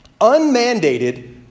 unmandated